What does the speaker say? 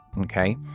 okay